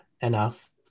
enough